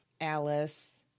Alice